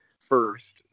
first